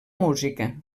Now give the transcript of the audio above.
música